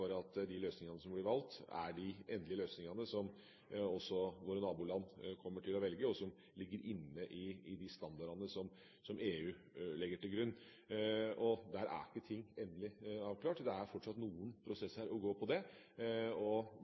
for at de løsningene som blir valgt, er de endelige løsningene som også våre naboland kommer til å velge, og som ligger inne i de standardene som EU legger til grunn. Der er ikke ting endelig avklart. Det er fortsatt noen prosesser å gå på der, og det